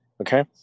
Okay